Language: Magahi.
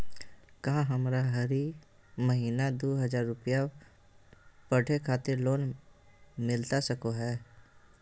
का हमरा हरी महीना दू हज़ार रुपया पढ़े खातिर लोन मिलता सको है?